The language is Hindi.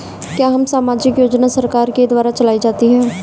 क्या सामाजिक योजना सरकार के द्वारा चलाई जाती है?